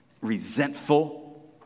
resentful